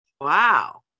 wow